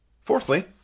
Fourthly